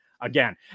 again